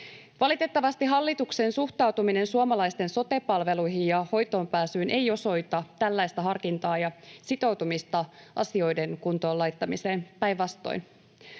Valitettavasti hallituksen suhtautuminen suomalaisten sote-palveluihin ja hoitoonpääsyyn ei osoita tällaista harkintaa ja sitoutumista asioiden kuntoon laittamiseen, päinvastoin.